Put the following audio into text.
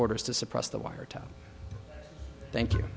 orders to suppress the wire to thank you